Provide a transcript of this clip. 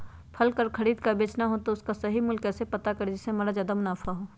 फल का खरीद का बेचना हो तो उसका सही मूल्य कैसे पता करें जिससे हमारा ज्याद मुनाफा हो?